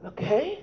Okay